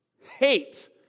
hate